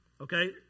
Okay